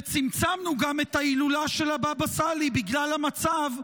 וצמצמנו גם את ההילולה של באבא סאלי בגלל המצב בדרום.